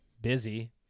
Busy